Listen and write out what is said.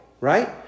right